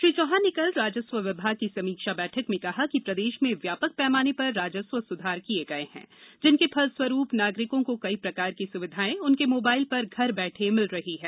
श्री चौहान ने कल राजस्व विभाग की समीक्षा बैठक में कहा कि प्रदेश में व्यापक पैमाने पर राजस्व सुधार किए गए हैं जिनके फलस्वरूप नागरिकों को कई प्रकार की सुविधाएं उनके मोबाइल पर घर बैठे मिल रही हैं